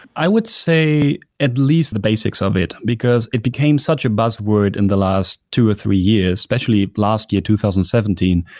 i would say at least the basics um of it, because it became such a buzzword in the last two or three years especially last year, two thousand and seventeen,